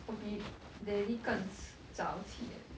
我比 daddy 更迟早起 eh